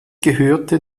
gehörte